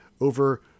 over